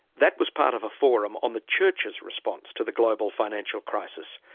that was part of a forum on the church's response to the global financial crisis,